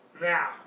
Now